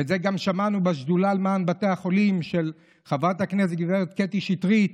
ואת זה גם שמענו בשדולה למען בתי החולים של חברת הכנסת גב' קטי שטרית,